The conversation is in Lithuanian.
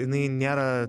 jinai nėra